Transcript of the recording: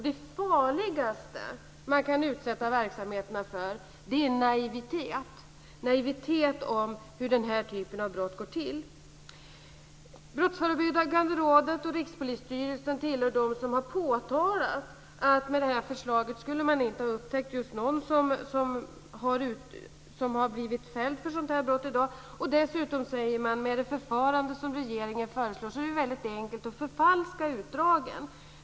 Det farligaste man kan utsätta verksamheterna för är naivitet när det gäller hur denna typ av brott går till. Brottsförebyggande rådet och Rikspolisstyrelsen tillhör dem som har påtalat att man med detta förslag inte skulle upptäcka just någon som har blivit fälld för ett sådant brott. Dessutom säger man att det med det förfarande som regeringen föreslår är väldigt enkelt att förfalska utdragen.